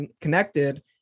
connected